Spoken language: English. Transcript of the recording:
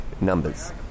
numbers